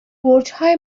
برجهای